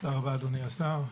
תודה רבה, אדוני השר.